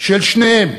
של שניהם